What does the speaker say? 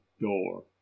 door